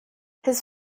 his